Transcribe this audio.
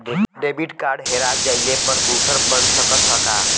Debit card हेरा जइले पर दूसर बन सकत ह का?